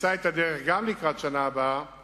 ימצא את הדרך גם לקראת השנה הבאה